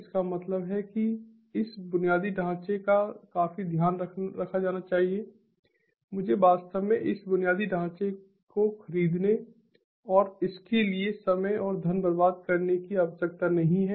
इसका मतलब है कि इस बुनियादी ढांचे का काफी ध्यान रखा जाना चाहिए मुझे वास्तव में इस बुनियादी ढांचे को खरीदने और इसके लिए समय और धन बर्बाद करने की आवश्यकता नहीं है